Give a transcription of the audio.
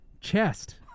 chest